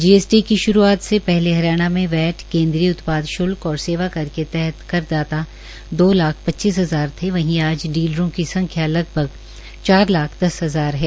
GST की श्रूआत से पहले हरियाण में वैट केन्द्रीय श्ल्क और सेवा कर के तहत करदाता दो लाख पच्चीस हजार थे वहीं आज डीलरों की संख्या लगभग चार लाख दस हजार है